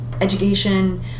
education